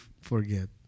forget